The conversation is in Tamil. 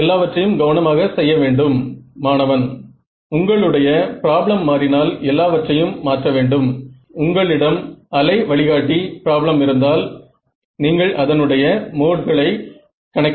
நீங்கள் இது முழுவதையும் இன்னும் துல்லியமாக செய்தால் நீங்கள் இதை பெறுவீர்கள்